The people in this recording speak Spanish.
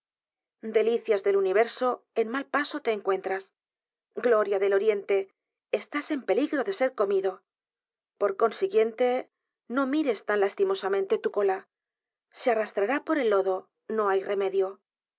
delicias del universo en mal paso te e n c u e n t r a s gloria del oriente estás en pelig r o de ser comido p o r consiguiente no mires tan lastimosamente tu cola se a r r a s t r a r á por el lodo no hay remedio